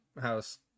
house